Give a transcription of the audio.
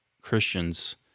Christians